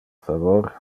favor